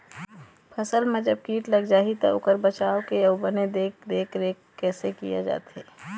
फसल मा जब कीट लग जाही ता ओकर बचाव के अउ बने देख देख रेख कैसे किया जाथे?